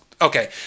okay